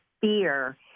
fear